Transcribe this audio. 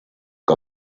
que